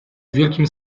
wielkim